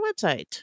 website